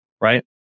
right